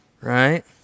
right